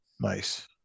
Nice